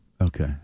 Okay